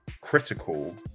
critical